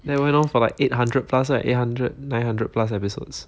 that went on for like eight hundred plus right eight hundred nine hundred plus episodes